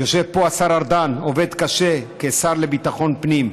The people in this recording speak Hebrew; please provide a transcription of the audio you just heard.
יושב פה השר ארדן, עובד קשה כשר לביטחון פנים.